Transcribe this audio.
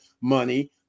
money